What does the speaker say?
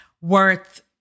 worth